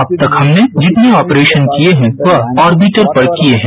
अब तक हमने जितने आपरेशन किए हैं वह आर्बिटर पर किए है